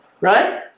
Right